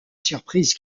surprise